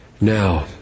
Now